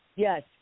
Yes